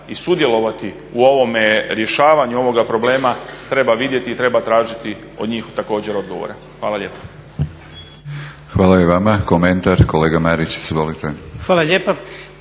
i sudjelovati u ovome rješavanju ovoga problema treba vidjeti i treba tražiti od njih također odgovore. Hvala lijepa. **Batinić, Milorad (HNS)** Hvala i vama. Komentar, kolega Marić izvolite. **Marić,